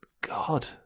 God